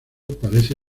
parece